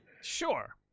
sure